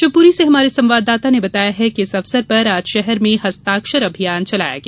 शिवप्री से हमारे संवाददाता ने बताया है कि इस अवसर पर आज शहर में हस्ताक्षर अभियान चलाया गया